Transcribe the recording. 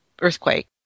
earthquake